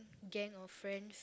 gang of friends